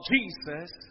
Jesus